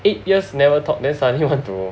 eight years never talk then suddenly want to